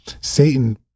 Satan